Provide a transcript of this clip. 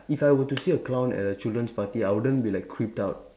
if I were to see a clown at a children's party I wouldn't be like creeped out